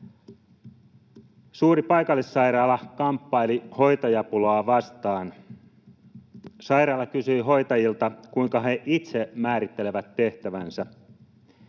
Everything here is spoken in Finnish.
Suuri paikallissairaala kamppaili hoitajapulaa vastaan. Sairaala kysyi hoitajilta, kuinka he itse määrittelevät tehtävänsä.